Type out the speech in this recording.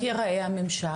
איך ייראה הממשק?